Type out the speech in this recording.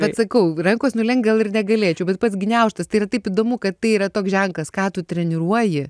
bet sakau rankos nulenkt gal ir negalėčiau bet pats gniaužtas tai yra taip įdomu kad tai yra toks ženklas ką tu treniruoji